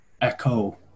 echo